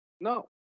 No